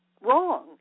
wrong